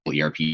ERP